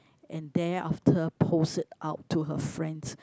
and there after post it out to her friend